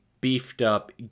beefed-up